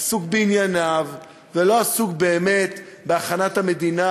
עסוק בענייניו ולא עסוק באמת בהכנת המדינה